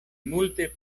multe